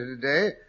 today